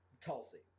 Tulsi